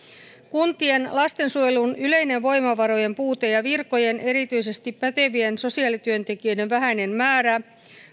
kuntien lastensuojelun yleinen voimavarojen puute ja virkojen erityisesti pätevien sosiaalityöntekijöiden vähäinen määrä